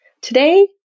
Today